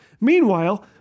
Meanwhile